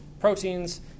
proteins